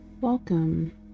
Welcome